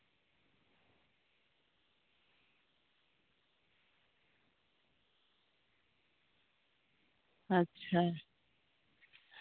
ᱟᱪᱪᱷᱟ